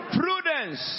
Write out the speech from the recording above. prudence